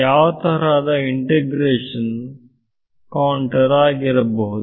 ಯಾವತರಹದ integration contour ಆಗಿರಬಹುದು